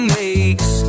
makes